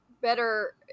better